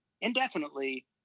indefinitely